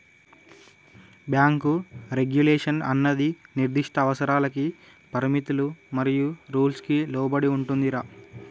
bank regulation అన్నది నిర్దిష్ట అవసరాలకి పరిమితులు మరియు రూల్స్ కి లోబడి ఉంటుందిరా